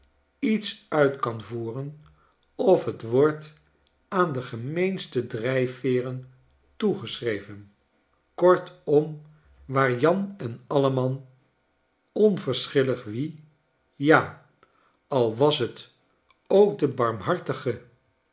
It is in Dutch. iets uit kan voeren of t wordt aan de gemeenste drijfveeren toegeschreven kortom waar jan en alleman onverschillig wie ja al was t ook de barmhartige